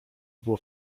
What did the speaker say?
było